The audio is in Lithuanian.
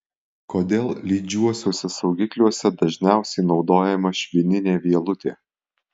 kodėl lydžiuosiuose saugikliuose dažniausiai naudojama švininė vielutė